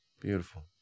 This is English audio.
beautiful